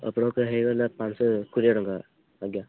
ଆପଣଙ୍କର ହେଇଗଲା ପାଞ୍ଚ କୋଡ଼ିଏ ଟଙ୍କା ଆଜ୍ଞା